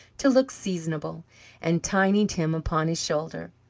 to look seasonable and tiny tim upon his shoulder.